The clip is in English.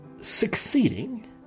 succeeding